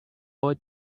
boy